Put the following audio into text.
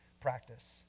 practice